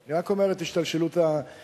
אני רק אומר את השתלשלות הדברים.